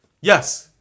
Yes